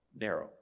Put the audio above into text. Narrow